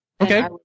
Okay